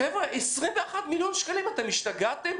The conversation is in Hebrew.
חבר'ה, 21 מיליון שקלים אתם השתגעתם?